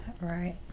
Right